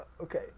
okay